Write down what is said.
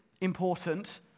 important